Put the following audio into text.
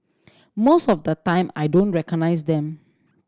most of the time I don't recognise them